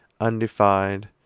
undefined